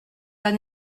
pas